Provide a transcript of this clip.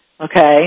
okay